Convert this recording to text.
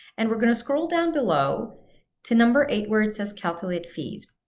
and we're going to scroll down below to number eight where it says, calculate fees.